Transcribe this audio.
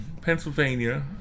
Pennsylvania